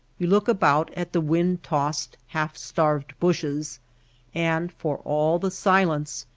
you look about at the wind tossed, half-starved bushes and, for all the silence,